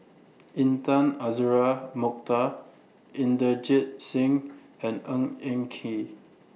Intan Azura Mokhtar Inderjit Singh and Ng Eng Kee